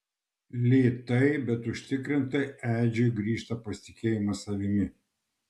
lėtai bet užtikrintai edžiui grįžta pasitikėjimas savimi